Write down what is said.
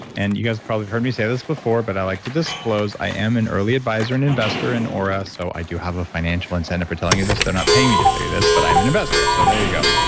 and you guys probably have heard me say this before, but i like to disclose i am an early advisor and investor and oura, so i do have a financial incentive for telling you this. they're not paying me to tell you this, but i am an investor, so there you go.